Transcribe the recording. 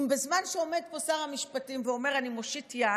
אם בזמן שעומד פה שר המשפטים ואומר "אני מושיט יד",